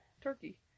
turkey